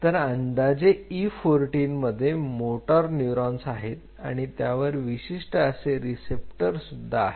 तर अंदाजे E14 मध्ये मोटार न्यूरॉन्स आहेत आणि त्यावर विशिष्ट असे रिसेप्टर सुद्धा आहेत